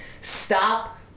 Stop